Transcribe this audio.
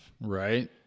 Right